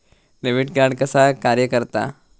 Debit card कसा कार्य करता?